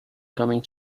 coming